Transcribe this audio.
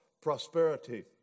prosperity